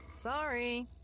Sorry